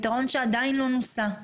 פתרון שעדיין לא נוסה.